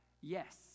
Yes